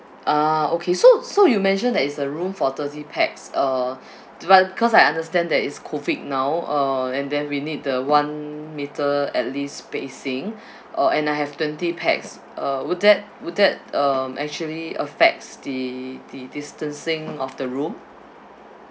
ah okay so so you mentioned that is a room for thirty pax uh well cause I understand that it's COVID now uh and then we need the one metre at least spacing uh and I have twenty pax uh would that would that um actually affects the the distancing of the room